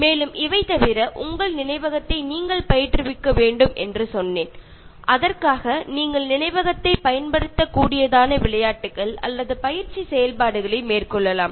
மேலும் இவை தவிர உங்கள் நினைவகத்தை நீங்கள் பயிற்றுவிக்க வேண்டும் என்று நான் சொன்னேன் அதற்காக நீங்கள் நினைவகத்தை பயன்படுத்தக்கூடியதான விளையாட்டுக்கள் அல்லது பயிற்சி செயல்பாடுகளை மேற்கொள்ளலாம்